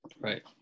Right